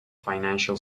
financial